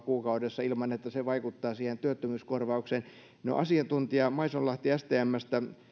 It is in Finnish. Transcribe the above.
kuukaudessa ilman että se vaikuttaa työttömyyskorvaukseen no asiantuntija maisonlahti stmstä